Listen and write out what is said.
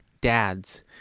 dads